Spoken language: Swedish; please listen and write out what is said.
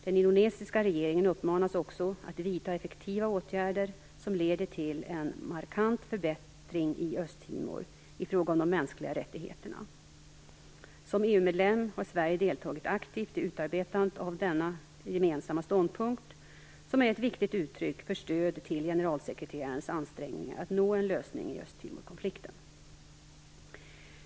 Den indonesiska regeringen uppmanas också att vidta effektiva åtgärder som leder till en markant förbättring i Östtimor i fråga om de mänskliga rättigheterna. Som EU-medlem har Sverige deltagit aktivt i utarbetandet av denna gemensamma ståndpunkt, som är ett viktigt uttryck för stöd till generalsekreterarens ansträngningar att nå en lösning på Östtimorkonflikten.